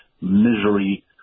misery